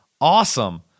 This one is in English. awesome